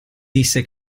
disse